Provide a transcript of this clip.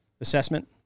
assessment